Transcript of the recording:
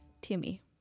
Timmy